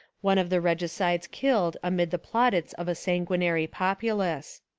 one of the regi cides killed amid the plaudits of a sanguinary populace.